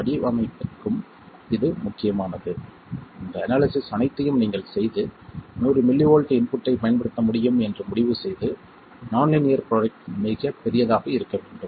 வடிவமைப்பிற்கும் இது முக்கியமானது இந்த அனாலிசிஸ் அனைத்தையும் நீங்கள் செய்து 100 மில்லி வோல்ட் இன்புட்டைப் பயன்படுத்த முடியும் என்று முடிவுசெய்து நான் லீனியர் ப்ரோடக்ட் மிகப் பெரியதாக இருக்க வேண்டும்